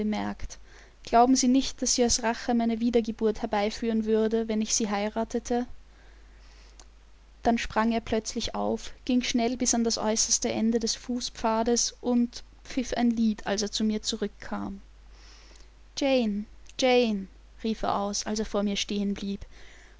glauben sie nicht daß sie aus rache meine wiedergeburt herbeiführen würde wenn ich sie heiratete dann sprang er plötzlich auf ging schnell bis an das äußerste ende des fußpfades und pfiff ein lied als er zu mir zurückkam jane jane rief er aus als er vor mir stehen blieb